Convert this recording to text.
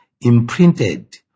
imprinted